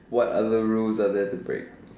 what are other rules are there to break